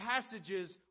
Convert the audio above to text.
passages